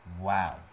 Wow